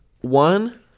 One